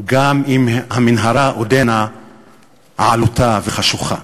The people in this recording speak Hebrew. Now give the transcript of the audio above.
גם אם המנהרה עודנה עלוטה וחשוכה.